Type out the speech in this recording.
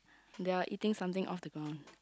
they are eating something off the ground